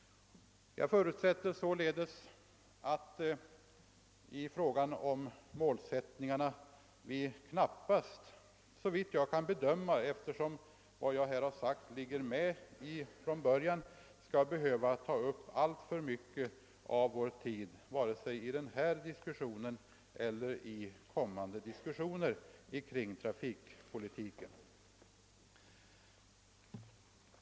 Jag förutsätter således att vi knappast skall behöva ta upp alltför mycket av vår tid med målsättningen.